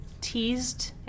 teased